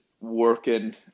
working